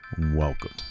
Welcome